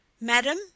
madam